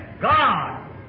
God